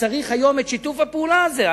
שצריך היום את שיתוף הפעולה הזה,